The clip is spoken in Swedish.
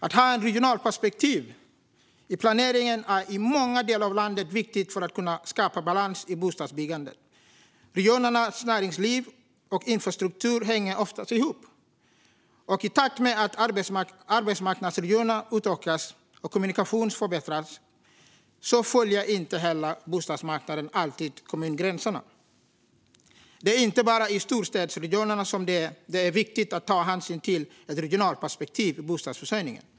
Att ha ett regionalt perspektiv i planeringen är i många delar av landet viktigt för att kunna skapa balans i bostadsbyggandet. Regionernas näringsliv och infrastruktur hänger ofta ihop, och i takt med att arbetsmarknadsregioner utökas och kommunikationer förbättras följer inte heller bostadsmarknaden alltid kommungränserna. Det är inte bara i storstadsregionerna som det är viktigt att ta hänsyn till ett regionalt perspektiv i bostadsförsörjningen.